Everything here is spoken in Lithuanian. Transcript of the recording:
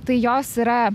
tai jos yra